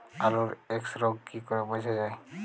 আলুর এক্সরোগ কি করে বোঝা যায়?